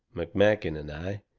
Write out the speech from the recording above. mcmakin and i,